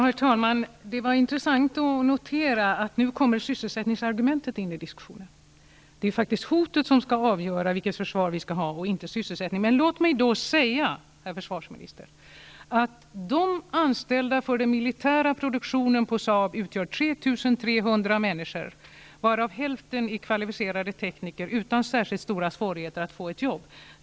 Herr talman! Det var intressant att notera att nu kommer sysselsättningsargumentet in i diskussionen. Det är hotet, inte sysselsättningen, som skall avgöra vilket försvar vi skall ha. De anställda för den militära produktionen på Saab utgör 3 300 människor, herr försvarsminister, varav hälften är kvalificerade tekniker som inte bör ha särskilt stora svårigheter att få ett arbete.